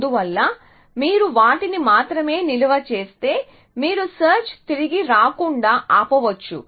అందువల్ల మీరు వాటిని మాత్రమే నిల్వ చేస్తే మీరు సెర్చ్ తిరిగి రాకుండా ఆపవచ్చు